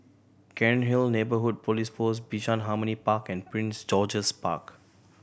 Cairnhill Neighbourhood Police Post Bishan Harmony Park and Prince George's Park